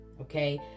Okay